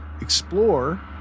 explore